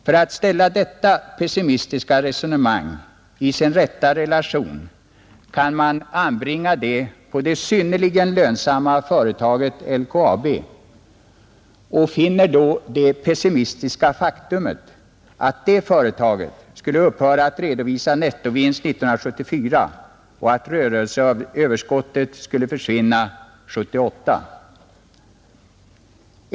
För att ställa detta pessimistiska resonemang i sin rätta relation kan man anbringa det på det synnerligen lönsamma företaget LKAB och finner då det pessimistiska faktum att detta företag skulle upphöra att redovisa nettovinst 1974 och att rörelseöverskottet skulle försvinna 1978.